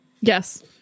Yes